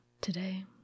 Today